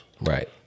Right